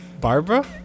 Barbara